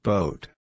Boat